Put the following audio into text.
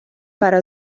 para